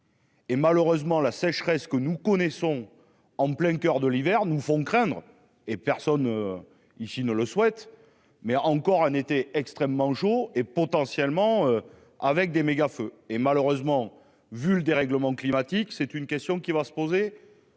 Et malheureusement la sécheresse que nous connaissons en plein coeur de l'hiver nous font craindre et personne. Ici ne le souhaite mais encore un été extrêmement jour et potentiellement avec des méga feu et malheureusement vu le dérèglement climatique. C'est une question qui va se poser.